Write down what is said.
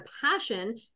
passion